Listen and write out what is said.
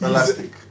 Elastic